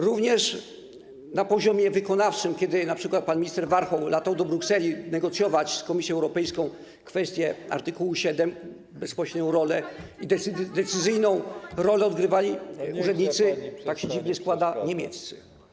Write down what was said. Również na poziomie wykonawczym, kiedy np. pan minister Warchoł latał do Brukseli negocjować z Komisją Europejską kwestię art. 7, bezpośrednią i decyzyjną rolę odgrywali urzędnicy, tak się dziwnie składa, niemieccy.